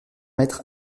maître